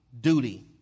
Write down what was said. duty